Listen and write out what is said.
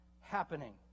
happening